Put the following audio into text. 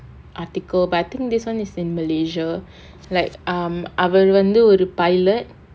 article but I think this one is in malaysia like um அவள் வந்து ஒரு:aval vanthu oru pilot